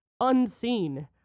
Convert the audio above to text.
unseen